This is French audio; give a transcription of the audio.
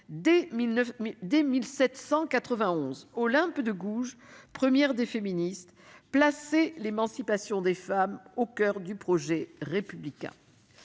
dès 1791, Olympe de Gouges, première des féministes, plaçait l'émancipation des femmes au coeur de notre